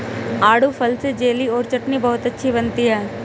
आड़ू फल से जेली और चटनी बहुत अच्छी बनती है